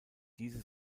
diese